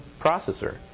processor